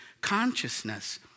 consciousness